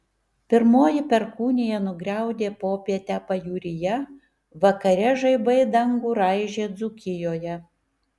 pirmoji perkūnija nugriaudė popietę pajūryje vakare žaibai dangų raižė dzūkijoje